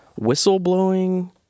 whistleblowing